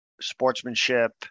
Sportsmanship